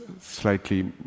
slightly